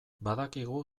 badakigu